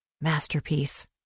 masterpiece